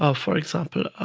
ah for example,